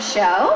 Show